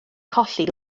colli